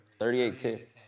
38-10